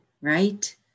right